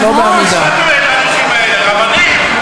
רבנים?